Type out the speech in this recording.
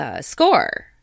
score